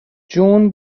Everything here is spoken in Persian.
جون